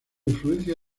influencia